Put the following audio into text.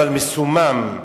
אבל מסומם,